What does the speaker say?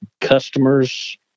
customers